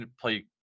play